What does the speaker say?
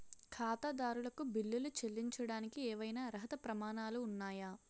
ఖాతాదారులకు బిల్లులు చెల్లించడానికి ఏవైనా అర్హత ప్రమాణాలు ఉన్నాయా?